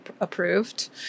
approved